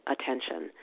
attention